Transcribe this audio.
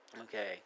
Okay